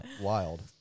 Wild